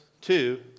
Two